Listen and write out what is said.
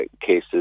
cases